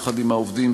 יחד עם העובדים,